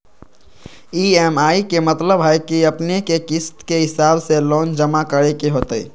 EMI के मतलब है कि अपने के किस्त के हिसाब से लोन जमा करे के होतेई?